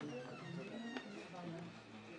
לך חמש דקות.